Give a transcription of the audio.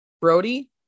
Brody